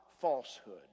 falsehood